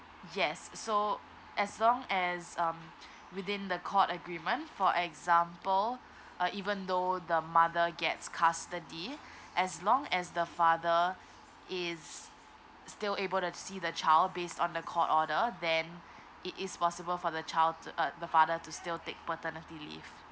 yes so as long as um within the court agreement for example uh even though the mother gets custody as long as the father is still able to see the child based on the court order then it is possible for the child the uh father to still take paternity leave